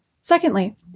Secondly